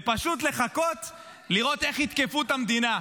ופשוט לחכות לראות איך יתקפו את המדינה.